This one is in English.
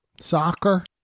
Soccer